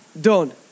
done